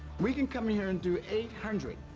we can come in here and do eight hundred,